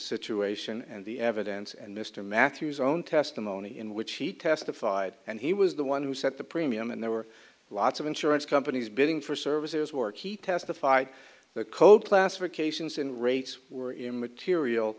situation and the evidence and mr mathews own testimony in which he testified and he was the one who set the premium and there were lots of insurance companies bidding for services work he testified the code classifications in rates were immaterial